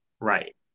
Right